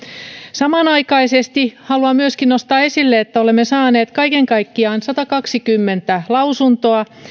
samanaikaisesti haluan nostaa esille että olemme saaneet kaiken kaikkiaan satakaksikymmentä lausuntoa